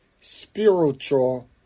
Spiritual